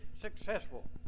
successful